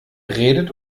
redet